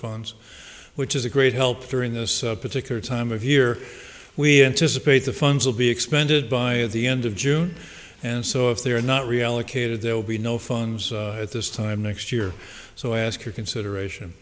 funds which is a great help during this particular time of year we anticipate the funds will be expended by the end of june and so if there are not reallocated there will be no phones at this time next year so i ask your consideration